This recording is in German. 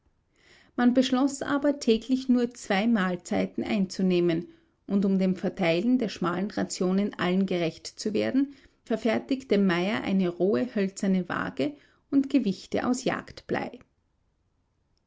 man beschloß aber täglich nur zwei mahlzeiten einzunehmen und um bei dem verteilen der schmalen rationen allen gerecht zu werden verfertigte meyer eine rohe hölzerne wage und gewichte aus